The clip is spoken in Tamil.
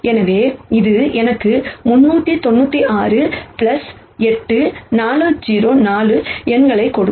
எனவே இது எனக்கு 396 8 404 எண்களைக் கொடுக்கும்